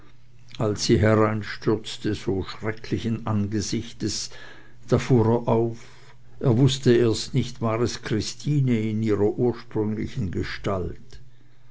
als sie hereinstürzte so schrecklichen angesichtes da fuhr er auf er wußte erst nicht war es christine in ihrer ursprünglichen gestalt